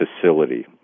facility